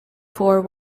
four